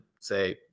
say